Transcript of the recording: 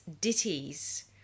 ditties